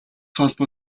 холбоо